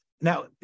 Now